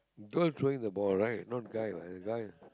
girl throwing the ball right not guy what guy